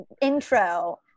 intro